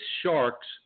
sharks